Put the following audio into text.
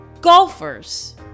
golfers